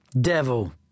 Devil